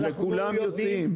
שכולם יוצאים.